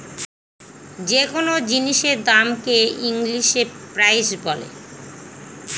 যে কোনো জিনিসের দামকে হ ইংলিশে প্রাইস বলে